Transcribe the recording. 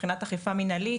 מבחינת אכיפה מנהלית,